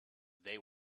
they